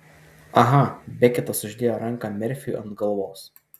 aha beketas uždėjo ranką merfiui ant galvos